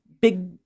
big